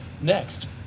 next